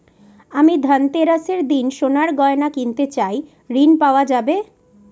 আমি ধনতেরাসের দিন সোনার গয়না কিনতে চাই ঝণ পাওয়া যাবে?